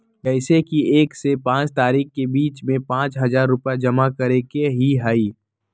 जैसे कि एक से पाँच तारीक के बीज में पाँच हजार रुपया जमा करेके ही हैई?